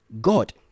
god